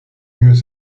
mieux